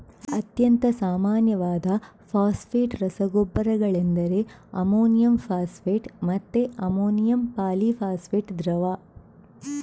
ಅತ್ಯಂತ ಸಾಮಾನ್ಯವಾದ ಫಾಸ್ಫೇಟ್ ರಸಗೊಬ್ಬರಗಳೆಂದರೆ ಅಮೋನಿಯಂ ಫಾಸ್ಫೇಟ್ ಮತ್ತೆ ಅಮೋನಿಯಂ ಪಾಲಿ ಫಾಸ್ಫೇಟ್ ದ್ರವ